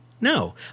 No